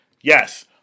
Yes